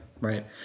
right